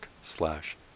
slash